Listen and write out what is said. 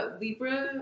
libra